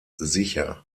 sicher